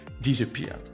disappeared